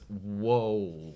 Whoa